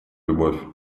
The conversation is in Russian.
любовь